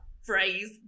phrase